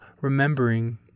remembering